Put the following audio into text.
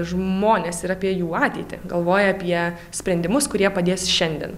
žmones ir apie jų ateitį galvoja apie sprendimus kurie padės šiandien